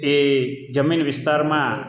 એ જમીન વિસ્તારમાં